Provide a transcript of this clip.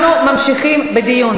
אנחנו ממשיכים בדיון,